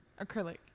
Acrylic